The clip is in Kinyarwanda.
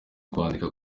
kwandika